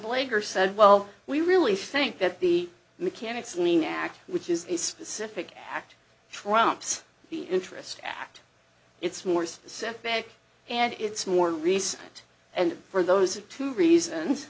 beleaguer said well we really think that the mechanic's lien act which is a specific act trumps the interest act it's more specific and it's more recent and for those two reasons